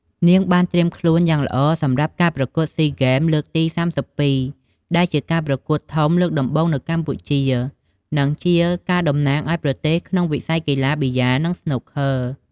នាងបានត្រៀមខ្លួនយ៉ាងល្អសម្រាប់ការប្រកួតស៊ីហ្គេមលើកទី៣២ ដែលជាការប្រកួតធំលើកដំបូងនៅកម្ពុជា និងជាការតំណាងឲ្យប្រទេសក្នុងវិស័យកីឡាប៊ីយ៉ា និងស្នូកឃ័រ។